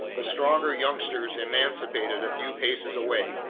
the stronger youngsters emancipated a few paces away.